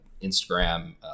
Instagram